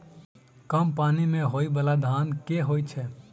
कम पानि मे होइ बाला धान केँ होइ छैय?